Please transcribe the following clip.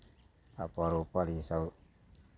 ओकर उपर इसभ